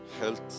health